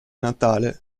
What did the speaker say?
natale